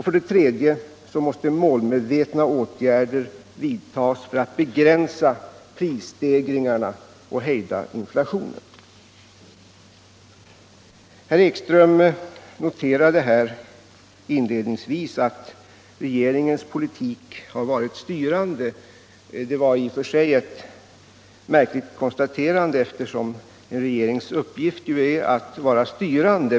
För det tredje måste målmedvetna åtgärder vidtas för att begränsa prisstegringarna och hejda inflationen. Herr Ekström noterade inledningsvis att regeringens politik varit styrande. Det är i och för sig ett märkligt konstaterande, eftersom en regerings uppgift ju är att vara styrande.